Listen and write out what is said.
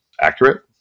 accurate